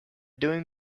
doing